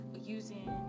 using